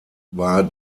war